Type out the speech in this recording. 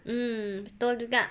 mm betul juga